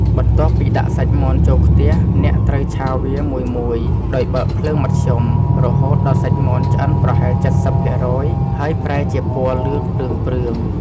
បន្ទាប់ពីដាក់សាច់មាន់ចូលខ្ទះ អ្នកត្រូវឆាវាមួយៗ ដោយបើកភ្លើងមធ្យម រហូតដល់សាច់មាន់ឆ្អិនប្រហែល ៧០% ហើយប្រែជាពណ៌លឿងព្រឿងៗ។